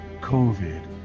COVID